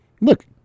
look